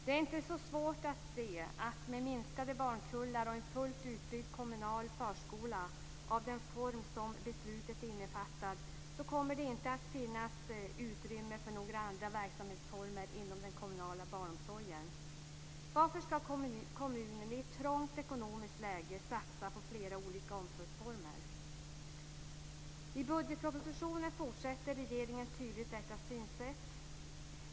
Det är inte så svårt att se att det, med minskade barnkullar och en fullt utbyggd kommunal förskola av den form som beslutet innefattar, inte kommer att finnas utrymme för några andra verksamhetsformer inom den kommunala barnomsorgen. Varför skall kommunen i ett trångt ekonomiskt läge satsa på flera olika omsorgsformer? I budgetpropositionen fortsätter regeringen tydligt detta synsätt.